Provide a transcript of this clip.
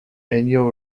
annual